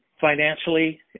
financially